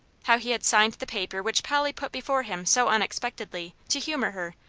how he had signed the paper which polly put before him so unexpectedly, to humour her,